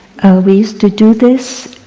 we used to do this